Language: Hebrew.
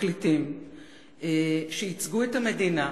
בפרקליטים שייצגו את המדינה,